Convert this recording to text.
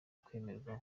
kwemererwa